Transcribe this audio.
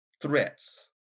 threats